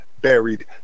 buried